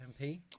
MP